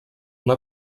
una